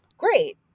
Great